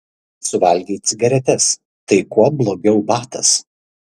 suvalgei cigaretes tai kuo blogiau batas